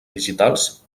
digitals